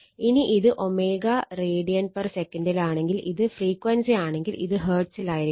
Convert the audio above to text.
ഇനി ഇത് ω radian per സെക്കന്ഡിലാണെങ്കിൽ ഇത് ഫ്രീക്വൻസി ആണെങ്കിൽ ഇത് ഹെർട്സിലായിരിക്കും